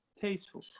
tasteful